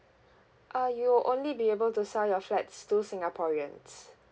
uh you'll only be able to sell your flats to singaporeans